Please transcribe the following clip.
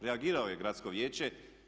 Reagiralo je gradsko vijeće.